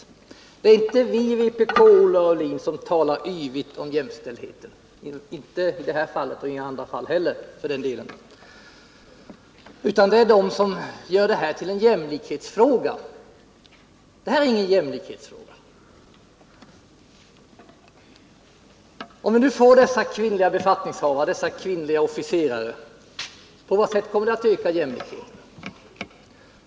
Men det är inte vi i vpk, Olle Aulin, som talar yvigt om jämställdhet — inte i det här fallet och inte i andra fall heller — utan det är de som vill ha detta till en jämlikhetsfråga. Det här är ingen jämlikhetsfråga. Om vi får dessa kvinnliga befattningshavare, dessa kvinnliga officerare — på vilket sätt kommer det att öka jämlikheten?